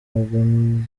ndwanya